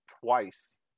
twice